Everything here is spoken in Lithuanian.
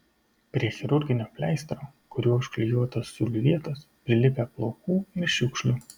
prie chirurginio pleistro kuriuo užklijuotos siūlių vietos prilipę plaukų ir šiukšlių